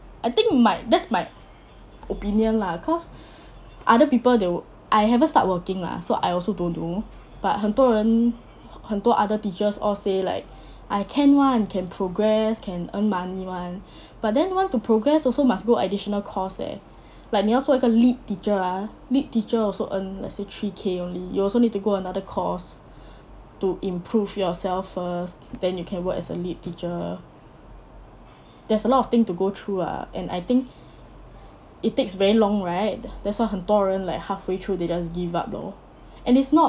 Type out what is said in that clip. I think my that's my opinion lah cause other people they will I haven't start working lah so I also don't know but 很多人很多 other teachers all say like I can [one] can progress can earn money [one] but then want to progress also must go additional course leh like 你要做一个 lead teacher are lead teacher also earn three K only you also need to go another course to improve yourself first then you can work as a lead teacher there's a lot of thing to go through ah and I think it takes very long right that's what 很多人 like halfway through they just give up lor and it's not